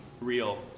real